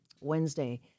Wednesday